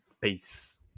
Peace